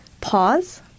pause